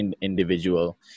individual